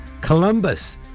Columbus